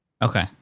Okay